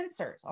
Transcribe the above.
sensors